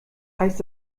heißt